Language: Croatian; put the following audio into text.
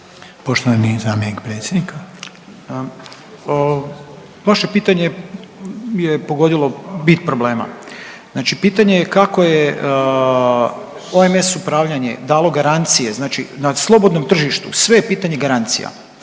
Poštovani zamjenik predsjednika. **Vrban, Željko** Vaše pitanje je pogodilo bit problema. Znači pitanje je kako je OMS upravljanje dalo garancije, znači na slobodnom tržištu sve je pitanje garancija.